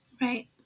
right